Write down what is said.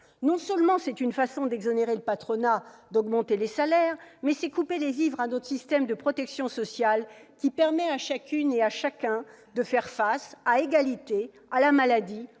Non seulement c'est une façon d'exonérer le patronat de toute augmentation de salaire, mais c'est couper les vivres à notre système de protection sociale, qui permet à chacune et à chacun de faire face, à égalité, à la maladie,